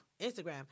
Instagram